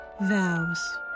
Vows